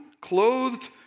clothed